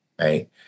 Right